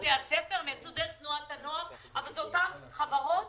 בתי הספר אלא דרך תנועות הנוער, אבל זה אותן חברות